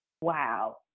Wow